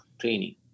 training